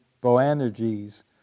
Boanerges